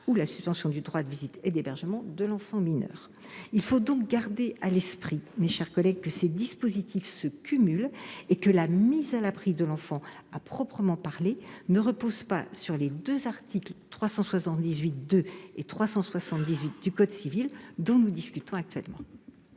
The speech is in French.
ou la suspension du droit de visite et d'hébergement de l'enfant mineur. Mes chers collègues, il est nécessaire de garder à l'esprit que ces dispositifs se cumulent et que la mise à l'abri de l'enfant, à proprement parler, ne repose pas sur les articles 378-2 et 378 du code civil, dont nous discutons actuellement.